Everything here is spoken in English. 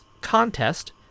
contest